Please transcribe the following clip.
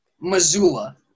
Missoula